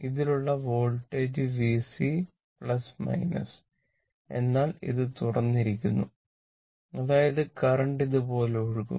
ഇതിലുള്ള voltage VC എന്നാൽ ഇത് തുറന്നിരിക്കുന്നു അതായത് കറന്റ് ഇതുപോലെ ഒഴുകും